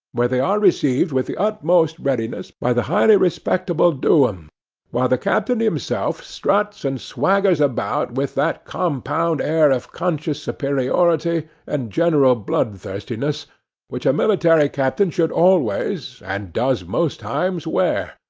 where they are received with the utmost readiness by the highly respectable do'em while the captain himself struts and swaggers about with that compound air of conscious superiority and general blood-thirstiness which a military captain should always, and does most times, wear,